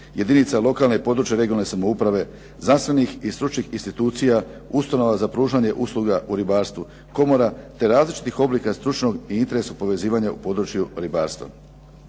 jedinica lokalne, područne i regionalne samouprave, znanstvenih i stručnih institucija, ustanova za pružanje usluga u ribarstvu, komora, te različitog oblika stručnog i interesu povezivanja u području ribarstva.